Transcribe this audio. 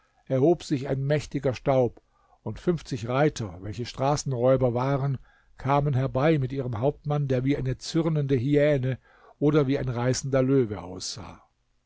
erhob sich ein mächtiger staub und fünfzig reiter welche straßenräuber waren kamen herbei mit ihrem hauptmann der wie eine zürnende hyäne oder wie ein reißender löwe aussah